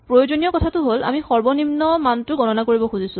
প্ৰয়োজনীয় কথাটো হ'ল আমি সৰ্বনিম্ন মানটো গণনা কৰিব খুজিছো